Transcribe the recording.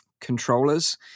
controllers